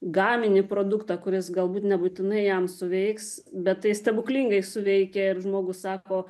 gaminį produktą kuris galbūt nebūtinai jam suveiks bet tai stebuklingai suveikia ir žmogus sako